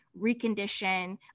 recondition